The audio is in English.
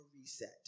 reset